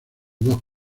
dos